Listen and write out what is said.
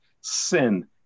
sin